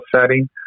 setting